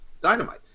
Dynamite